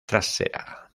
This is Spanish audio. trasera